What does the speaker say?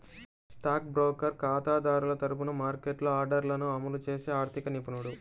stock broker ఖాతాదారుల తరపున మార్కెట్లో ఆర్డర్లను అమలు చేసే ఆర్థిక నిపుణుడు